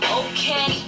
okay